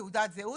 לתעודת זהות,